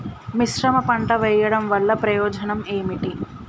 మిశ్రమ పంట వెయ్యడం వల్ల ప్రయోజనం ఏమిటి?